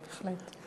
בהחלט.